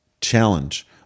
challenge